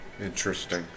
Interesting